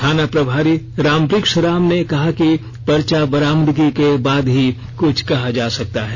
थाना प्रभारी रामबृक्ष राम ने कहा है कि पर्चा बरामदगी के बाद ही कुछ कहा जा सकता है